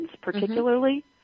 particularly